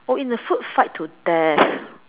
oh in a food fight to death